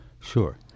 Sure